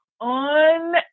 on